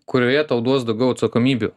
kurioje tau duos daugiau atsakomybių